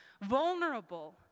Vulnerable